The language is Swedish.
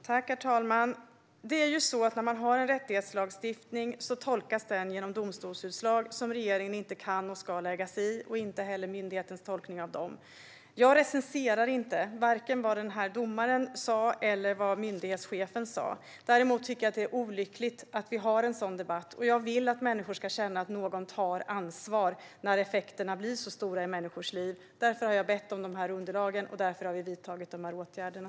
Herr talman! När man har en rättighetslagstiftning tolkas den genom domstolsutslag som regeringen inte kan eller ska lägga sig i. Det gäller också myndighetens tolkning av dem. Jag recenserar inte vare sig vad domaren sa eller vad myndighetschefen sa. Däremot är det olyckligt att vi har en sådan debatt. Jag vill att människor ska känna att någon tar ansvar när effekterna blir så stora i människors liv. Därför har jag bett om underlagen, och därför har vi vidtagit åtgärderna.